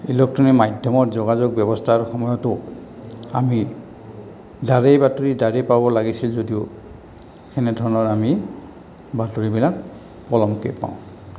electronic মাধ্যমত যোগাযোগ ব্যৱস্থাৰ সময়তো আমি দাৰেই বাতৰি দাৰেই পাব লাগিছিল যদিও সেনেধৰণৰ আমি বাতৰিবিলাক পলমকে পাওঁ